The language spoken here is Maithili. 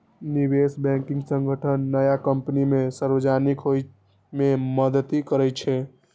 निवेश बैंकिंग संगठन नया कंपनी कें सार्वजनिक होइ मे मदति करै छै